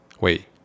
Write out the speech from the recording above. Wait